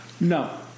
No